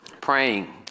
praying